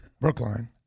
Brookline